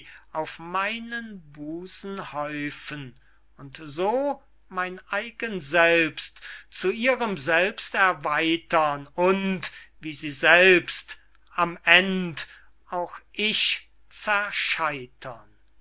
auf meinen busen häufen und so mein eigen selbst zu ihrem selbst erweitern und wie sie selbst am end auch ich